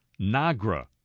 NAGRA